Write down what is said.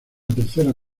tercera